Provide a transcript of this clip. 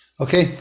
Okay